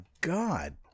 god